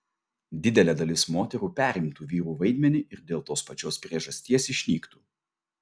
didelė dalis moterų perimtų vyrų vaidmenį ir dėl tos pačios priežasties išnyktų